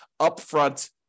upfront